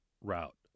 route